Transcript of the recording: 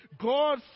God